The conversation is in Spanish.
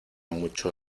mucho